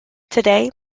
today